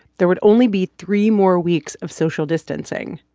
there would only be three more weeks of social distancing.